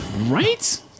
right